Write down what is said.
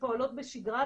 שפועלות בשגרה,